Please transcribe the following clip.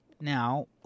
Now